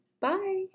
Bye